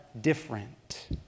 different